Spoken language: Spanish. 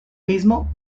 mismo